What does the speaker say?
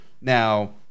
Now